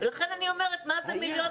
לכן אני אומרת מה זה 1,500,000?